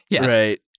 Right